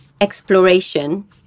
exploration